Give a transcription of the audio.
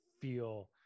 feel